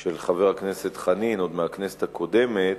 של חבר הכנסת חנין, עוד מהכנסת הקודמת,